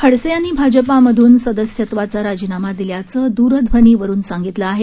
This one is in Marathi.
खडसे यांनी भाजपामधून सदस्यत्वाचा राजीनामा दिल्याचं द्रध्वनीवरून सांगितलं आहे